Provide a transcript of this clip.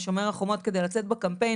ל'שומר החומות' כדי לצאת בקמפיין.